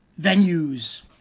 venues